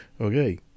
Okay